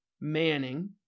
Manning